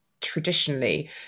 traditionally